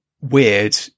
weird